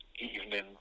evening